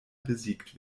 besiegt